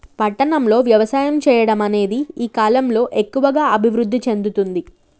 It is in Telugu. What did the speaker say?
పట్టణం లో వ్యవసాయం చెయ్యడం అనేది ఈ కలం లో ఎక్కువుగా అభివృద్ధి చెందుతుంది